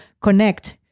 connect